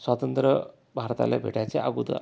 स्वातंत्र्य भारताला भेटायच्या अगोदर